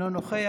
אינו נוכח.